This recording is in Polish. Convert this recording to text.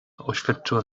oświadczyła